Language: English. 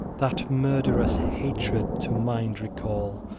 that murderous hatred to mind recall,